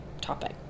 topic